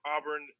Auburn